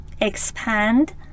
expand